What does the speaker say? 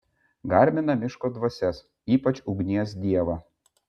garbina miško dvasias ypač ugnies dievą